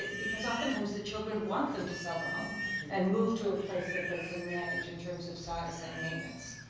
because oftentimes, the children want them to sell the home and move to a place that they can manage in terms of size and maintenance.